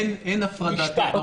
אין הפרדה.